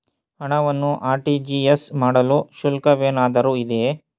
ಹಣವನ್ನು ಆರ್.ಟಿ.ಜಿ.ಎಸ್ ಮಾಡಲು ಶುಲ್ಕವೇನಾದರೂ ಇದೆಯೇ?